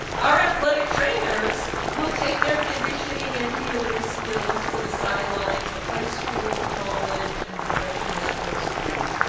our athletic trainers will take their conditioning and healing skills to the sidelines of high school, college, and professional sports team.